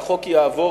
שהחוק יעבור,